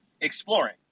exploring